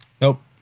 Nope